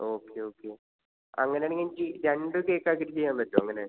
okay okay അങ്ങനെയാണെങ്കിൽ എനിക്ക് രണ്ട് കേക്ക് ആക്കിയിട്ട് ചെയ്യാൻ പറ്റുമോ അങ്ങനെ